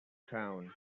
town